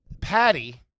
Patty